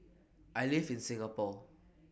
I live in Singapore